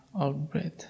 out-breath